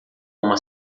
uma